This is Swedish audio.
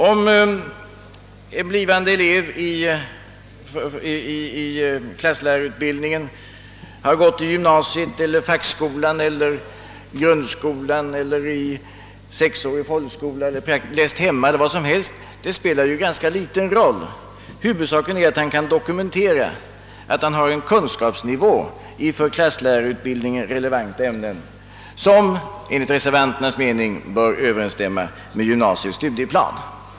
Om en blivande elev i klasslärarutbildningen har gått i gymnasium eller i fackskola, i grundskola eller i sexårig folkskola, läst hemma eller studerat på något annat sätt spelar liten roll; huvudsaken är att han kan dokumentera att han har en kunskapsnivå i för klasslärarutbildningen relevanta ämnen som enligt reservanternas mening bör överensstämma med gymnasiets studieplan.